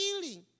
feeling